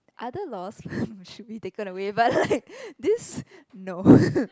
other lost should be taken away but like this no